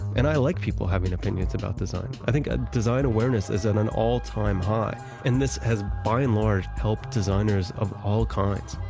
and i like people having opinions about this. i think ah design awareness is an an all time high and this has by and large helped designers of all kinds.